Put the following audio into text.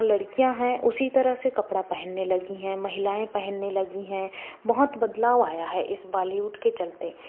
लड़कियाँ हैं उसी तरह से कपड़ा पहनने लगी हैं महिलाएँ पहनने लगी हैं बहुत बदलाव आया है इस बालीवुड के चलते